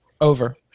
over